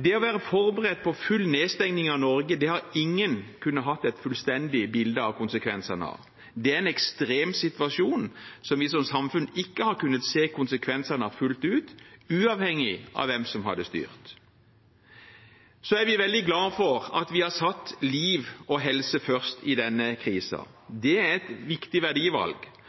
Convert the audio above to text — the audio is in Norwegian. Det å være forberedt på full nedstenging av Norge har ingen kunnet ha et fullstendig bilde av konsekvensene av. Det er en ekstrem situasjon som vi som samfunn ikke har kunnet se konsekvensene av fullt ut, uavhengig av hvem som hadde styrt. Så er vi veldig glad for at vi har satt liv og helse først i denne krisen. Det er et viktig verdivalg,